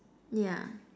yeah